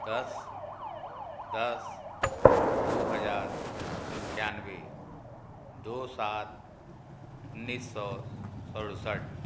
दस दस दो हज़ार इक्यानवे दो सात उन्नीस सौ सड़सठ